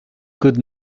could